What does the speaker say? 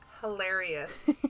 hilarious